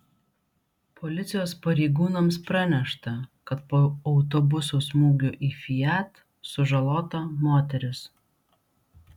policijos pareigūnams pranešta kad po autobuso smūgio į fiat sužalota moteris